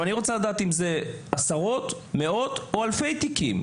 אני רוצה לדעת אם אלה עשרות, מאות או אלפי תיקים.